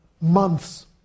months